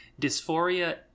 dysphoria